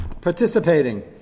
participating